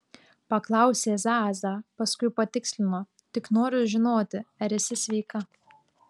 paklausė zaza paskui patikslino tik noriu žinoti ar esi sveika